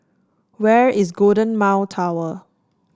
where is Golden Mile Tower